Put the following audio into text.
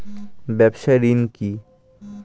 ব্যবসায় ঋণ কি?